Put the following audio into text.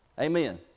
Amen